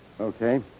Okay